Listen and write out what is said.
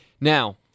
now